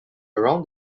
around